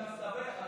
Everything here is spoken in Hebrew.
אתה מסתבך,